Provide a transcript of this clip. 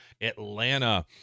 Atlanta